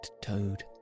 Toad